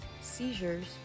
seizures